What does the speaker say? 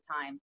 time